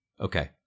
Okay